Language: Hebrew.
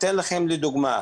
אתן לכם דוגמא.